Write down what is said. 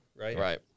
Right